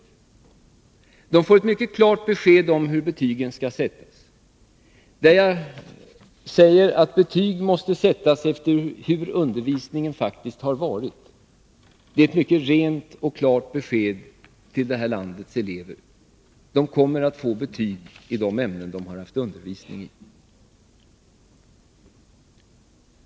Eleverna får ett mycket klart besked om hur betygen skall sättas i den del av svaret där jag säger att betyg måste sättas efter hur undervisningen faktiskt har varit. Det är ett mycket rent och klart besked till landets elever. De kommer att få betyg i de ämnen som de har haft undervisning i.